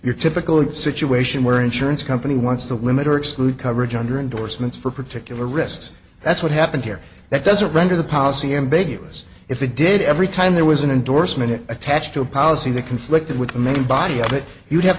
your typical situation where an insurance company wants to limit or exclude coverage under endorsements for particular risks that's what happened here that doesn't render the policy ambiguous if it did every time there was an endorsement attached to a policy that conflicted with making body of it you have